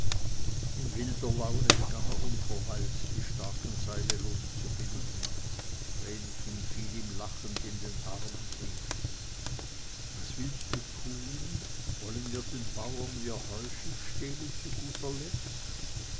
in wilder laune begann er unverweilt die starken seile loszubinden vrenchen fiel ihm lachend in den arm und rief was willst du tun wollen wir den bauern ihr heuschiff stehlen zu guter letzt